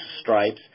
stripes